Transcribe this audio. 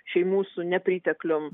šeimų su nepriteklium